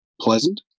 pleasant